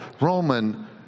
Roman